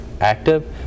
active